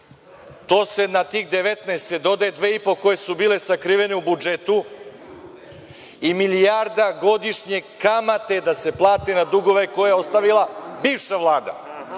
je 24. Na tih 19 se dodaje 2,5 koje su bile sakrivene u budžetu i milijarda godišnje kamate da se plati na dugove koje je ostavila bivša Vlada.